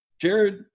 Jared